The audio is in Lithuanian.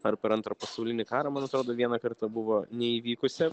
ar per antrą pasaulinį karą man atrodo vieną kartą buvo neįvykusi